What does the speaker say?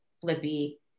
flippy